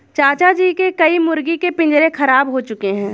चाचा जी के कई मुर्गी के पिंजरे खराब हो चुके हैं